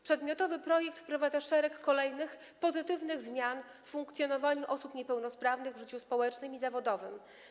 Przedmiotowy projekt wprowadza szereg kolejnych pozytywnych zmian w funkcjonowaniu osób niepełnosprawnych w życiu społecznym i zawodowym.